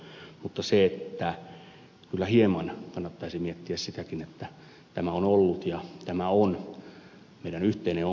mutta kyllä hieman kannattaisi miettiä sitäkin että tämä on ollut ja tämä on meidän yhteinen ongelmamme